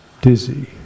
dizzy